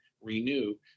renew